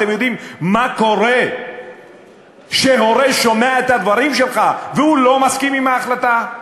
אתם יודעים מה קורה כשהורה שומע את הדברים שלך והוא לא מסכים עם ההחלטה?